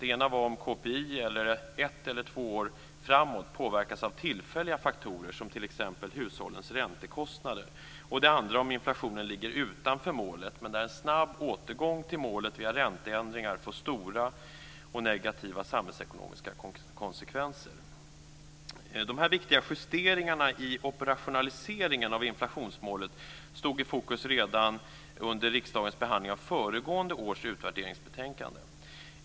Det ena var om KPI ett eller två år framåt påverkas av tillfälliga faktorer, som t.ex. hushållens räntekostnader. Det andra var om inflationen ligger utanför målet och en snabb återgång till målet via ränteändringar får stora och negativa samhällsekonomiska konsekvenser. De här viktiga justeringarna i operationaliseringen av inflationsmålet stod i fokus redan under riksdagens behandling av föregående års utvärderingsbetänkande.